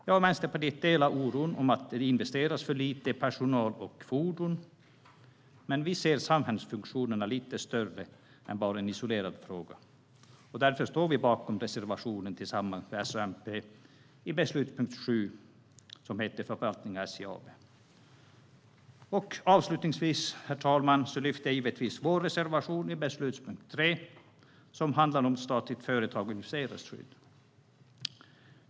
Jag och Vänsterpartiet delar oron för att det investeras för lite i personal och fordon. Men vi ser samhällsfunktionerna som lite större än bara en isolerad fråga. Därför står vi bakom reservationen tillsammans med S och MP under beslutspunkt 7, Förvaltningen av SJ AB. Avslutningsvis, herr talman, står vi givetvis också bakom vår reservation under beslutspunkt 3, som handlar om statliga företag och investeringsskydd.